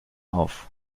auf